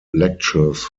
lecturers